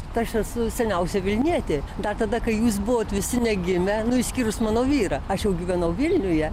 tai aš esu seniausia vilnietė dar tada kai jūs buvot visi negimę nu išskyrus mano vyrą aš jau gyvenau vilniuje